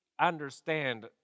understand